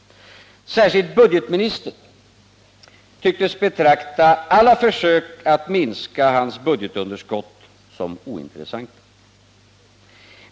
Särskilt budgetministern tycktes betrakta alla försök att minska hans budgetunderskott som ointressanta.